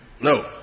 No